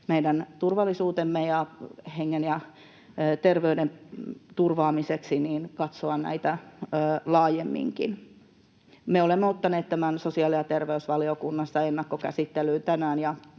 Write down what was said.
meidän turvallisuutemme ja hengen ja terveyden turvaamiseksi katsoa näitä laajemminkin. Me olemme ottaneet tämän sosiaali‑ ja terveysvaliokunnassa ennakkokäsittelyyn tänään